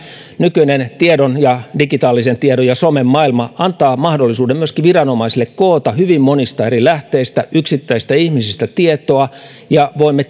nykyinen tiedon ja digitaalisen tiedon ja somen maailma antaa mahdollisuuden viranomaisille koota hyvin monista eri lähteistä yksittäisistä ihmisistä tietoa ja voimme